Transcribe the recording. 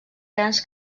grans